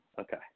Okay